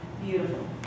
Beautiful